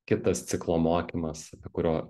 kitas ciklo mokymas apie kurio